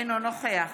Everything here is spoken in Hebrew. אינו נוכח